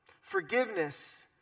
Forgiveness